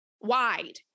wide